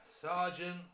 Sergeant